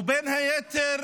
ובין היתר